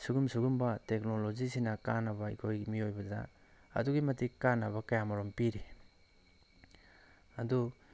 ꯁꯤꯒꯨꯝ ꯁꯤꯒꯨꯝꯕ ꯇꯦꯛꯅꯣꯂꯣꯖꯤꯁꯤꯡꯅ ꯀꯥꯟꯅꯕ ꯑꯩꯈꯣꯏ ꯃꯤꯑꯣꯏꯕꯗ ꯑꯗꯨꯛꯀꯤ ꯃꯇꯤꯛ ꯀꯥꯟꯅꯕ ꯀꯌꯥꯃꯔꯨꯝ ꯄꯤꯔꯤ ꯑꯗꯨ